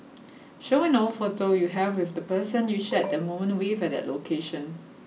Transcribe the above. show an old photo you have with the person you shared that moment with at that location